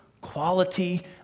quality